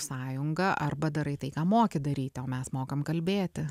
sąjungą arba darai tai ką moki daryti o mes mokam kalbėti